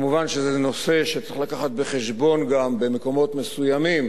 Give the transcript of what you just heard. מובן שזה נושא שצריך להביא בחשבון גם שבמקומות מסוימים